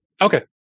Okay